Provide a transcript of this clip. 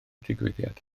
digwyddiad